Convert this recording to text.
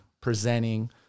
presenting